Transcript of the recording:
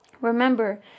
Remember